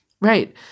right